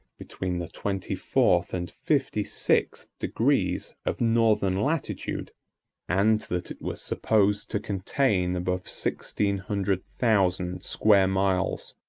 between the twenty-fourth and fifty-sixth degrees of northern latitude and that it was supposed to contain above sixteen hundred thousand square miles,